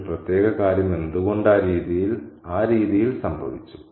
ഒരു പ്രത്യേക കാര്യം എന്തുകൊണ്ട് ആ രീതിയിൽ സംഭവിച്ചു